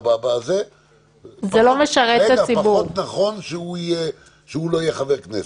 כרגע זה פחות נכון שהוא לא יהיה חבר כנסת.